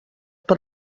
per